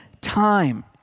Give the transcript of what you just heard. time